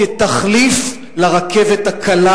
כתחליף לרכבת הקלה,